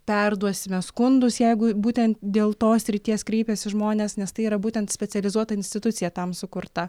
perduosime skundus jeigu būten dėl tos srities kreipiasi žmonės nes tai yra būtent specializuota institucija tam sukurta